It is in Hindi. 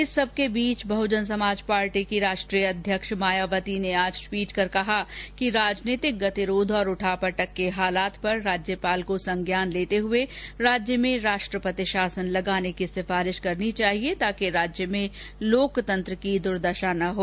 इस सबके बीच बहजन समाज पार्टी की राष्ट्रीय अध्यक्ष मायावती ने आज ट्वीट कर कहा कि राजनीतिक गतिरोध और उठापटक के हालात पर राज्यपाल को संज्ञान लेते हुए राज्य में राष्ट्रपति शासन लगाने की सिफारिश करनी चाहिए ताकि राज्य में लोकतंत्र की ज्यादा द्र्दशा न हो